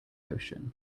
ocean